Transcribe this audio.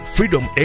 Freedom